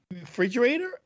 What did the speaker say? refrigerator